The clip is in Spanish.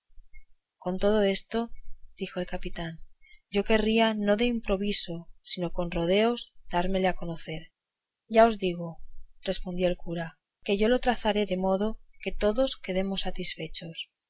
con todo eso dijo el capitán yo querría no de improviso sino por rodeos dármele a conocer ya os digo respondió el cura que yo lo trazaré de modo que todos quedemos satisfechos